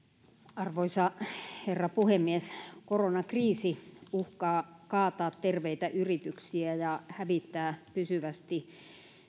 arvoisa herra puhemies koronakriisi uhkaa kaataa terveitä yrityksiä ja hävittää pysyvästi